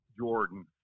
jordan